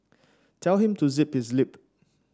tell him to zip his lip